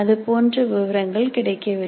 அது போன்ற விவரங்கள் கிடைக்கவில்லை